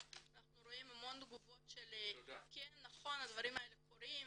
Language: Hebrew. אנחנו ממש רואים המון תגובות שהדברים האלה קורים,